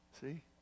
See